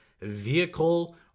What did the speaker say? vehicle